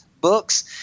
books